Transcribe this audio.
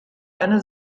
eine